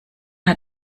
hat